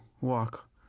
walk